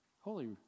Holy